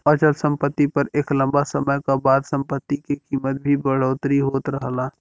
अचल सम्पति पर एक लम्बा समय क बाद सम्पति के कीमत में भी बढ़ोतरी होत रहला